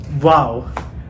Wow